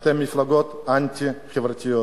אתם מפלגות אנטי-חברתיות.